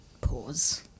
pause